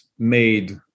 made